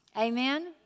amen